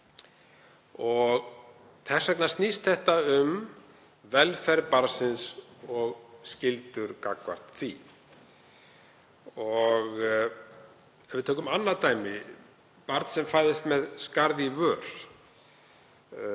Þess vegna snýst þetta um velferð barnsins og skyldur gagnvart því. Ef við tökum annað dæmi um barn sem fæðist með skarð í vör,